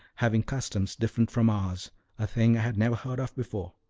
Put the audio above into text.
having customs different from ours a thing i had never heard of before.